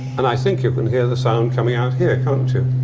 and i think you can hear the sound coming out here, can't you?